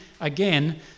again